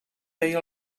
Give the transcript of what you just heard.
veia